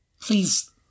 Please